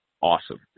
awesome